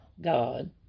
God